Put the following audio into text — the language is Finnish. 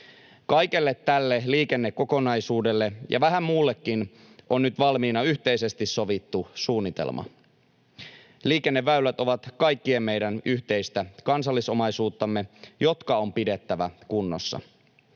Kaikelle tälle liikennekokonaisuudelle ja vähän muullekin on nyt valmiina yhteisesti sovittu suunnitelma. Liikenneväylät ovat kaikkien meidän yhteistä kansallisomaisuuttamme, jotka on pidettävä kunnossa.